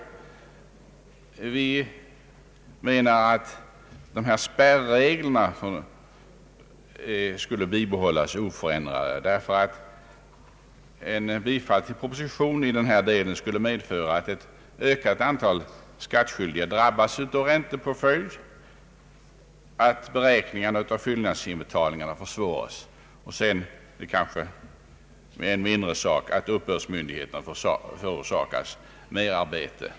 Vi anser att nuvarande spärregler skall bibehållas oförändrade. Ett bifall till propositionen i denna del skulle nämligen medföra att ett ökat antal skattskyldiga drabbas av räntepåföringar, att beräkningarna av fyllnadsbetalningar försvåras och — fast detta är av mindre betydelse — att uppbördsmyndigheterna förorsakas merarbete.